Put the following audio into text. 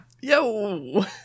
yo